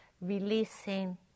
releasing